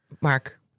mark